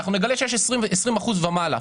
נגלה שיש 20 אחוזים ומעלה,